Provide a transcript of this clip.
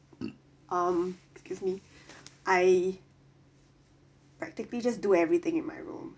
mm um excuse me I practically just do everything in my room